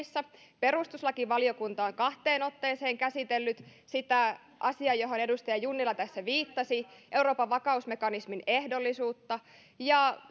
vaikuttamaan valiokunnissa perustuslakivaliokunta on kahteen otteeseen käsitellyt sitä asiaa johon edustaja junnila tässä viittasi euroopan vakausmekanismin ehdollisuutta ja